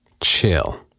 Chill